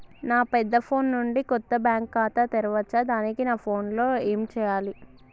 నా పెద్ద ఫోన్ నుండి కొత్త బ్యాంక్ ఖాతా తెరవచ్చా? దానికి నా ఫోన్ లో ఏం చేయాలి?